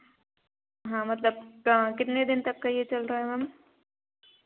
हाँ मतलब कितने दिन तक का ये चल रहा है मैम